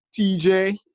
TJ